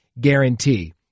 guarantee